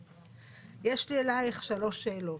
יש לי אלייך שלוש שאלות.